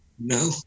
No